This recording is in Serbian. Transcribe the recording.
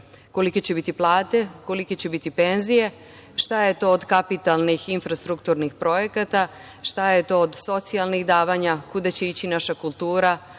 kolike će biti plate, kolike će biti penzije, šta je to od kapitalnih infrastrukturnih projekata, šta je to od socijalnih davanja, kuda će ići naša kultura,